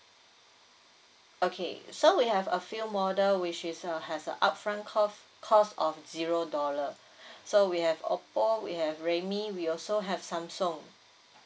okay so we have a few model which is uh has a upfront cof~ cost of zero dollar so we have oppo we have realme we also have samsung